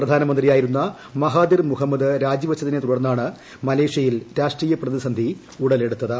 പ്രധാനമന്ത്രിയായിരുന്ന Mahathir Mohamad രാജിവച്ചതിനെ തുടർന്നാണ് മലേഷ്യയിൽ രാഷ്ട്രീയ പ്രതിസന്ധി ഉടലെടുത്തത്